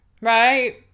right